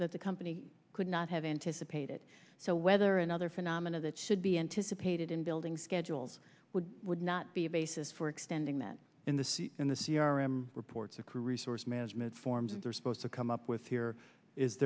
that the company could not have anticipated so weather and other phenomena that should be anticipated in building schedules would would not be a basis for extending that in the seat in the c r m reports the crew resource management forms and they're supposed to come up with your is